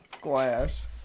glass